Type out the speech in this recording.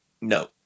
No